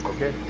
Okay